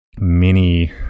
mini